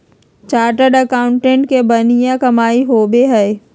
chartered accountant के बनिहा कमाई होई छई